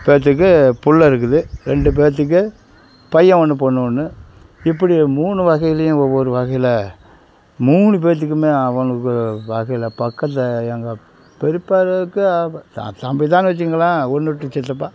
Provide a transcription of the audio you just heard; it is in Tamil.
பேர்த்துக்கு பிள்ள இருக்குது ரெண்டு பேர்த்துக்கு பையன் ஒன்று பொண்ணு ஒன்று இப்படி மூணு வகையிலேயும் ஒவ்வொரு வகையில் மூணு பேர்த்துக்கும் அவனுக்கு வகையில் பக்கம்தான் எங்கள் பெரியப்பாவுக்கு தம்பி தான்னு வச்சுக்குங்களேன் ஒன்று விட்டு சித்தப்பா